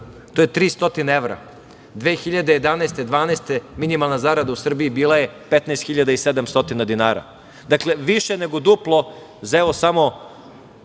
To je 300 evra. Godine 2011. i 2012. minimalna zarada u Srbiji bila je 15.700 dinara, dakle više nego duplo za evo samo